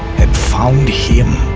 had found him,